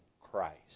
Christ